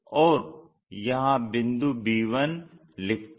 और यहां बिंदु b1 लिखते हैं